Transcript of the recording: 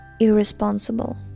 irresponsible